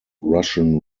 russian